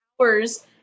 hours